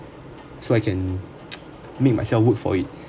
so I can make myself work for it